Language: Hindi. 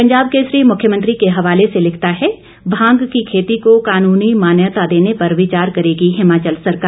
पंजाब केसरी मुख्यमंत्री के हवाले से लिखता है भांग की खेती को कानूनी मान्यता देने पर विचार करेगी हिमाचल सरकार